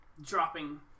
dropping